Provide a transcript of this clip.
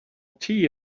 tea